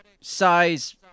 size